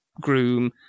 groom